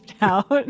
out